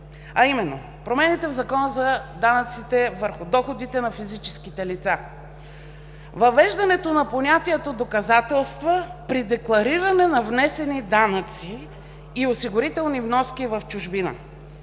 а именно: промените в Закона за данъците върху доходите на физическите лица. Въвеждането на понятието „доказателства при деклариране на внесени данъци и осигурителни вноски в чужбина“.